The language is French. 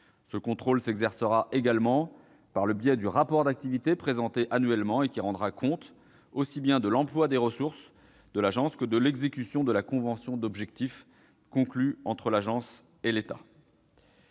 Ce contrôle s'exercera également par le biais du rapport d'activité présenté annuellement et qui rendra compte aussi bien de l'emploi des ressources de l'agence que de l'exécution de la convention d'objectifs conclue entre l'agence et l'État.